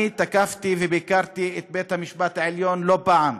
אני תקפתי וביקרתי את בית-המשפט העליון לא פעם,